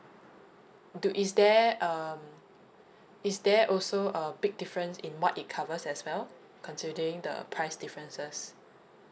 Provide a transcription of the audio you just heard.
do is there um is there also a big difference in what it covers as well considering the price differences